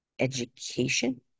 Education